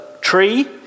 tree